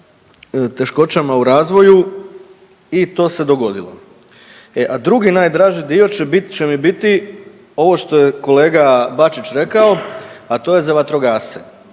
teškoćama u razvoju i to se dogodilo. E, a drugi najdraži dio će mi biti ovo što je kolega Bačić rekao, a to je za vatrogasce.